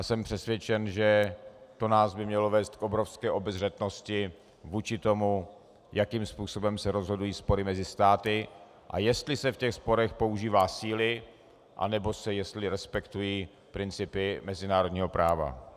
Jsem přesvědčen, že to by nás mělo vést k obrovské obezřetnosti vůči tomu, jakým způsobem se rozhodují spory mezi státy a jestli se v těch sporech používá síly, anebo jestli se respektují principy mezinárodního práva.